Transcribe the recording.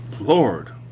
Lord